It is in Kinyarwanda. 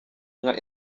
nka